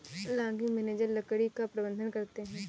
logging manager लकड़ी का प्रबंधन करते है